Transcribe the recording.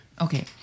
Okay